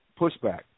pushback